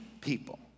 people